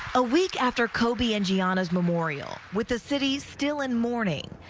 ah week after kobe indiana's memorial with the city's still in mourning.